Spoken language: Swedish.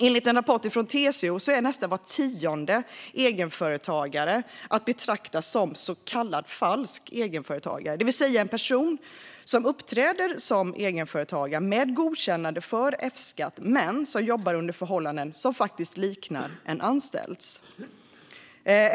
Enligt en rapport från TCO är nästan var tionde egenföretagare att betrakta som så kallad falsk egenföretagare, det vill säga en person som uppträder som egenföretagare med godkännande för F-skatt men som jobbar under förhållanden som liknar en anställds.